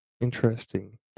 interesting